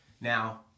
Now